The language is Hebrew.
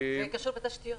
זה קשור בתשתיות.